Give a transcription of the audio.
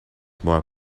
more